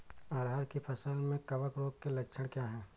अरहर की फसल में कवक रोग के लक्षण क्या है?